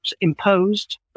imposed